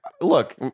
Look